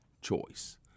choice